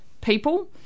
people